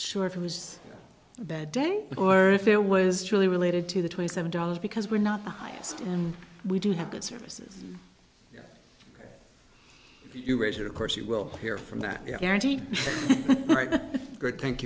sure if it was a bad day or if there was truly related to the twenty seven dollars because we're not the highest and we do have good services you raise it of course you will hear from that great thank